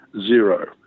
Zero